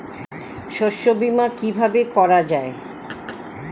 শস্য বীমা কিভাবে করা যায়?